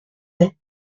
aix